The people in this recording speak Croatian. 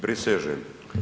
Prisežem.